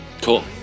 Cool